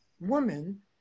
woman